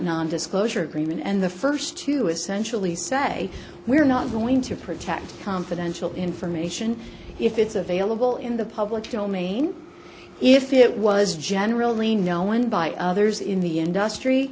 nondisclosure agreement and the first two essentially say we're not going to protect confidential information if it's available in the public domain if it was generally known by others in the industry